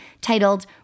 titled